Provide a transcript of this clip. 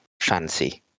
fancy